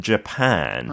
Japan